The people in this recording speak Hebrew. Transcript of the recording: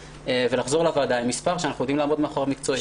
ולחזור לוועדה עם מספר שנדע לעמוד מאחוריו מקצועית.